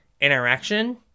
interaction